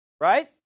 right